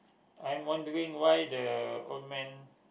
I'm wondering why the old man